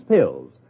Pills